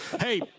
hey